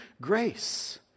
grace